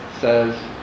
says